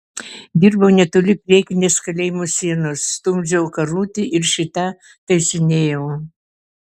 dirbau netoli priekinės kalėjimo sienos stumdžiau karutį ir šį tą taisinėjau